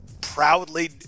proudly